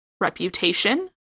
reputation